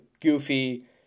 goofy